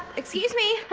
excuse me,